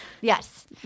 Yes